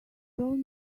told